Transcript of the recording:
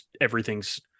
everything's